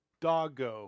Doggo